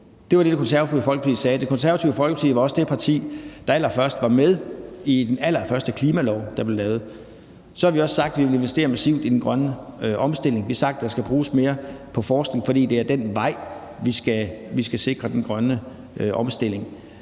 Det var det, Det Konservative Folkeparti sagde. Det Konservative Folkeparti var også det parti, der allerførst var med i den allerførste klimalov, der blev lavet. Så har vi også sagt, at vi vil investere massivt i den grønne omstilling. Vi har sagt, at der skal bruges mere på forskning, for det er ad den vej, vi skal sikre den grønne omstilling.